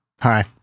Hi